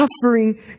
suffering